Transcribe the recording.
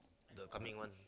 the coming one